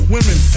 Women